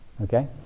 Okay